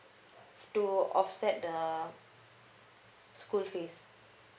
to offset the school fees